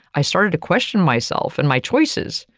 i started to question myself and my choices,